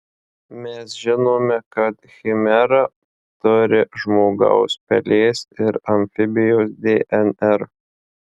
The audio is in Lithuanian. mes žinome kad chimera turi žmogaus pelės ir amfibijos dnr